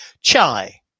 Chai